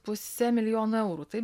puse milijono eurų taip